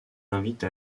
invite